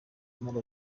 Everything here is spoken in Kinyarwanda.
mpera